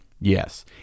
Yes